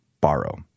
borrow